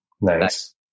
Nice